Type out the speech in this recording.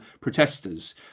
protesters